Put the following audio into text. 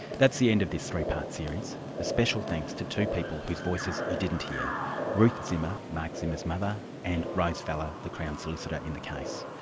that's the end of this three-part series. a special thanks to two people whose voices you didn't hear ruth zimmer, mark zimmer's mother. and rose falla, the crown solicitor in the case.